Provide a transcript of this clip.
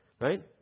Right